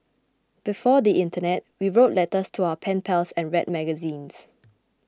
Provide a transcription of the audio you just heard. before the internet we wrote letters to our pen pals and read magazines